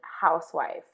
housewife